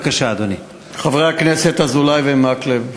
חברי הכנסת אזולאי ומקלב,